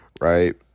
right